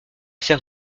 sert